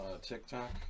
TikTok